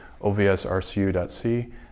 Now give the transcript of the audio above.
ovsrcu.c